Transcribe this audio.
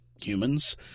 humans